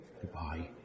Goodbye